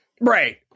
Right